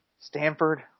Stanford